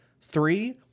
Three